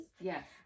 Yes